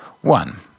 One